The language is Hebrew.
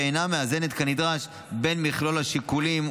ואינה מאזנת כנדרש בין מכלול השיקולים,